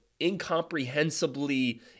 incomprehensibly